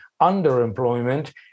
underemployment